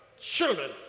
children